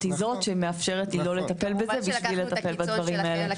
היא זו שמאפשרת לי לא לטפל בזה בשביל לטפל בדברים האלה.